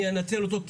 אני אנצל אותו,